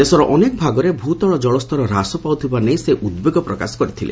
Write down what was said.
ଦେଶର ଅନେକ ଭାଗରେ ଭୂତଳ ଜଳସ୍ତର ହାସ ପାଉଥିବା ନେଇ ସେ ଉଦ୍ବେଗ ପ୍ରକାଶ କରିଥିଲେ